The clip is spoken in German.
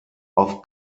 auf